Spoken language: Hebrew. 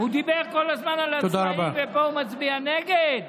הוא דיבר כל הזמן על עצמאים ופה הוא מצביע נגד?